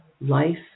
Life